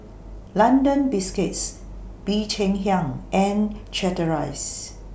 London Biscuits Bee Cheng Hiang and Chateraise